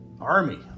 Army